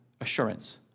assurance